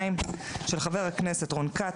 של חבר הכנסת רון כץ,